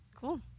Cool